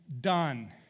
done